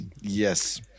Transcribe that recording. Yes